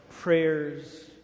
prayers